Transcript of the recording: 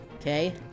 Okay